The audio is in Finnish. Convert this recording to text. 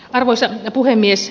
arvoisa puhemies